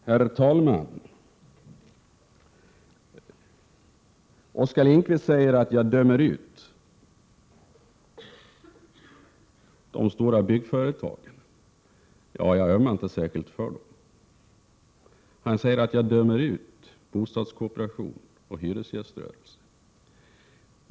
Herr talman! Oskar Lindkvist säger att jag dömer ut de stora byggföretagen. Ja, jag ömmar inte särskilt för dem. Vidare säger han att jag dömer ut bostadskooperationen och hyresgäströrelsen.